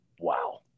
wow